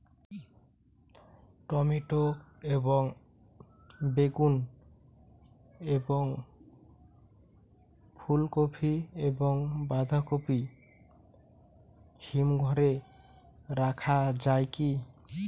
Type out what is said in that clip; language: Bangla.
টমেটো এবং বেগুন এবং ফুলকপি এবং বাঁধাকপি হিমঘরে রাখা যায় কি?